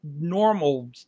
normal